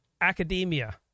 academia